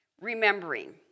Remembering